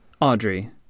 Audrey